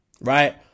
right